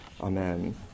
Amen